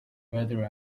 whether